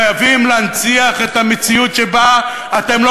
חייבים להנציח את המציאות שבה אתם לא